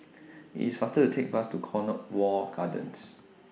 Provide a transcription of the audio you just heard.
IT IS faster to Take Bus to Cornwall Gardens